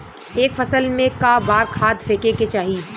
एक फसल में क बार खाद फेके के चाही?